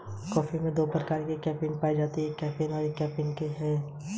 दो प्रमुख फॉस्फोरस युक्त खनिज होते हैं, फ्लोरापेटाइट और हाइड्रोक्सी एपेटाइट